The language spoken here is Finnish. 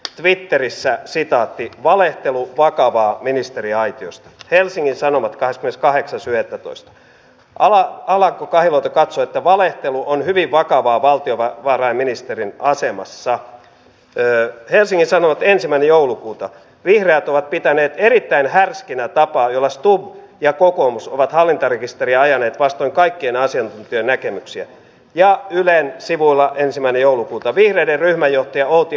mutta sitten puolustuspolitiikkaa koskien kysyisin ministeriltä sitä onko meillä nyt menossa sellainen aktiivinen konkretiavaihe ruotsin kanssa tapahtuvan yhteistyön eteenpäinviemiseksi joka jatkaisi sitä johdonmukaista linjaa joka on ollut tässä nähtävissä jo joitakin vuosia johon edustaja salolainen viittasi ja jossa toivottavasti olisi saavutettavissa paitsi kahden kesken myöskin suomen ja ruotsin yhteisesiintymisenä laajemmin meidän turvallisuusympäristössämme konkreettisia tuloksia